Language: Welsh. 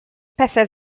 pethau